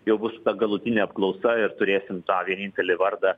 jau bus galutinė apklausa ir turėsim tą vienintelį vardą